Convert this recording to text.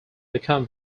become